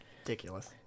Ridiculous